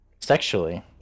Sexually